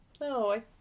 No